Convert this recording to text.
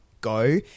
go